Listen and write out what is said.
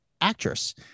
actress